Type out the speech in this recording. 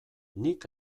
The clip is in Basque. nik